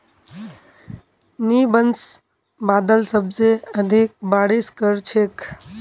nimbus बादल सबसे अधिक बारिश कर छेक